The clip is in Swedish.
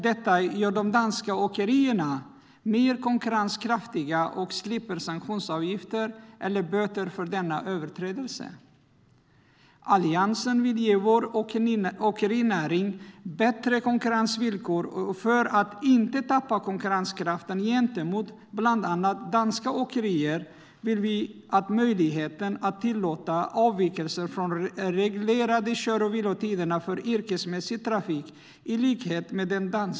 Detta gör de danska åkerierna mer konkurrenskraftiga, och de slipper sanktionsavgifter och böter för denna överträdelse. Alliansen vill ge vår åkerinäring bättre konkurrensvillkor. För att inte tappa konkurrenskraft gentemot bland annat danska åkerier vill vi införa en möjlighet att i likhet med den danska modellen tillåta avvikelser från de reglerade kör och vilotiderna för yrkesmässig trafik.